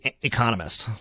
economist